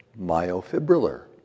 myofibrillar